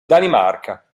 danimarca